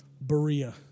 Berea